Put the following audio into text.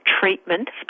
treatment